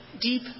deep